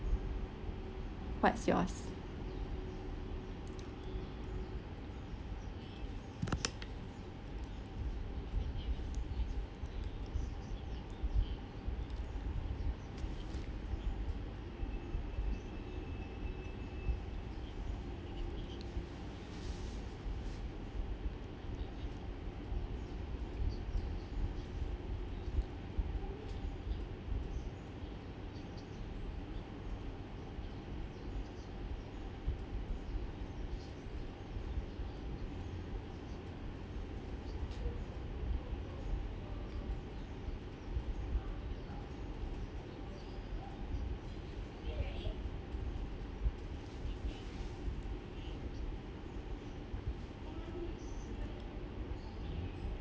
what's yours